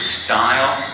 style